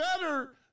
better